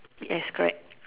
yes correct